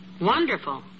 Wonderful